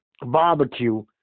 barbecue